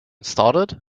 started